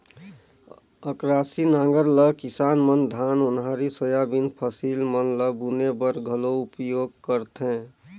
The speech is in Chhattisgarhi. अकरासी नांगर ल किसान मन धान, ओन्हारी, सोयाबीन फसिल मन ल बुने बर घलो उपियोग करथे